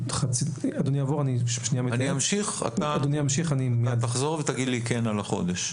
אני אמשיך ואתה תחזור ותגיד לי כן לגבי החודש.